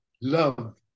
love